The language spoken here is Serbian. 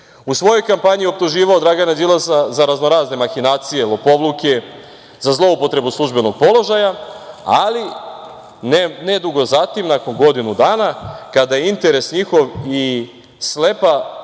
U svojoj kampanji je optuživao Dragana Đilasa za raznorazne mahinacije, lopovluke, za zloupotrebu službenog položaja, ali nedugo zatim, nakon godinu dana kada je interes njihov i slepa